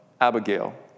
Abigail